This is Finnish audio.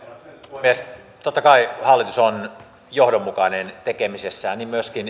puhemies totta kai hallitus on johdonmukainen tekemisessään niin myöskin